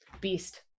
beast